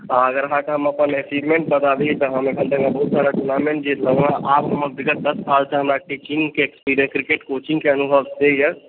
अगर अहाँकें हम अपन अचीवमेंट बताबी तऽ हम अखन धरिमे बहुत सारा टूर्नामेंट जीतलहुँ हँ आब हम विगत दश सालसँ हमरा ट्रेनिंगकें एक्सपीरियंस क्रिकेट कोचिंगके अनुभवसे यऽ